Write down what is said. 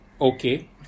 Okay